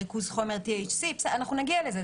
ריכוז חומר נגיע לזה,